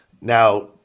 now